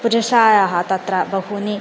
पुरुषाणां तत्र बहूनाम्